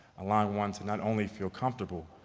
allowing one to not only feel comfortable,